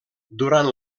durant